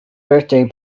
birthday